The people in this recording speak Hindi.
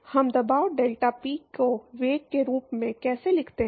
हम दबाव डेल्टा पी को वेग के रूप में कैसे लिखते हैं